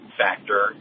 factor